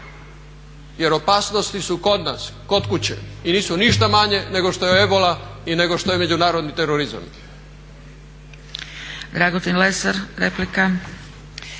jer opasnosti su kod nas, kod kuće i nisu ništa manje nego što je ebola i nego što je međunarodni terorizam.